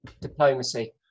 Diplomacy